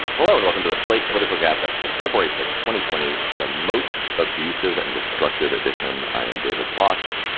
hello and welcome to the slate political gabfest for february six, twenty twenty, the most abusive and destructive addition i am david plotz,